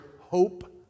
hope